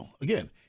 again